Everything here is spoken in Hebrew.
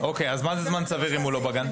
אז מה זה זמן סביר אם הוא לא בגן?